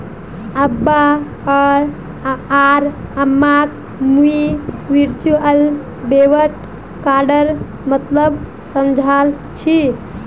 अब्बा आर अम्माक मुई वर्चुअल डेबिट कार्डेर मतलब समझाल छि